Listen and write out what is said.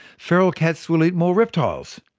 feral cats will eat more reptiles.